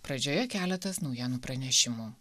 pradžioje keletas naujienų pranešimų